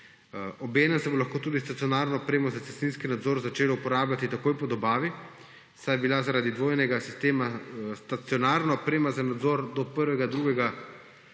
Obenem se bo pa lahko tudi stacionarno opremo za cestninski nadzor začelo uporabljati takoj po dobavi, saj je bila zaradi dvojnega sistema stacionarna oprema za nadzor do 1. 2.